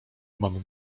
mam